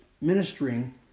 ministering